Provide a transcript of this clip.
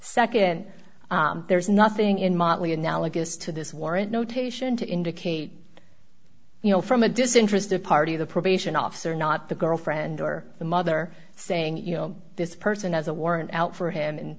nd there's nothing in motley analogous to this warrant notation to indicate you know from a disinterested party the probation officer not the girlfriend or the mother saying you know this person has a warrant out for him and